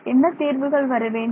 என்ன தீர்வுகள் வரவேண்டும்